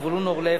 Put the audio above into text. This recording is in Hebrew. זבולון אורלב,